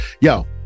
Yo